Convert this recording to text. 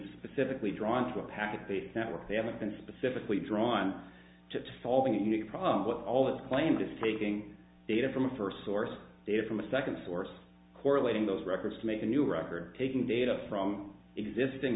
specifically drawn to a pack at the network they haven't been specifically drawn to solving a problem at all it's claimed it's taking data from a first source data from a second source correlating those records to make a new record taking data from existing